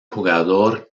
jugador